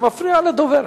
זה מפריע לדוברת.